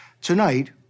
Tonight